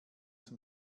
zum